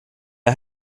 jag